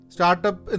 Startup